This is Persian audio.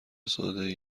سادهای